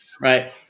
Right